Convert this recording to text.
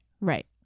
Right